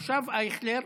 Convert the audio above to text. עכשיו אייכלר.